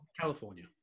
California